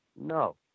No